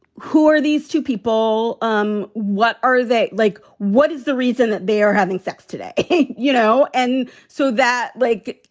who are these two people? people? um what are they like? what is the reason that they are having sex today? you know, and so that, like,